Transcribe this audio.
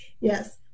Yes